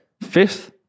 Fifth